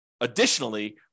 additionally